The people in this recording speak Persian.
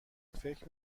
فکر